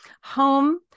Home